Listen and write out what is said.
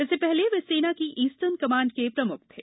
इससे पहले वे सेना की ईस्टर्न कमांड के प्रमुख थे